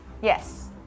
Yes